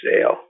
sale